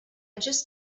just